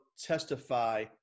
testify